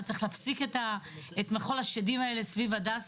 וצריך להפסיק את מחול השדים הזה סביב הדסה.